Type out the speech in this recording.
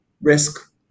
risk